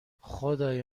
خدای